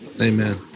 Amen